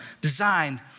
designed